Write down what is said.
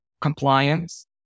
compliance